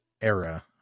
era